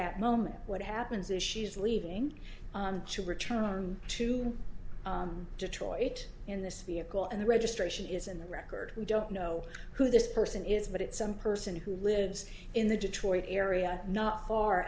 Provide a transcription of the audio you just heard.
that moment what happens is she's leaving to return to detroit in this vehicle and the registration is in the record we don't know who this person is but it's some person who lives in the detroit area not far